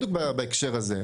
בדיוק בהקשר הזה.